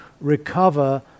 recover